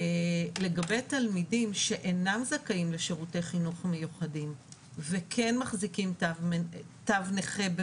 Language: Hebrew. לגבי תלמידים שאינם זכאים לשירותי חינוך מיוחדים וכן מחזיקים תו נכה,